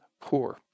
poor